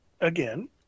again